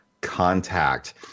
Contact